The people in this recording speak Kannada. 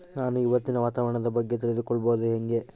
ನಾನು ಇವತ್ತಿನ ವಾತಾವರಣದ ಬಗ್ಗೆ ತಿಳಿದುಕೊಳ್ಳೋದು ಹೆಂಗೆ?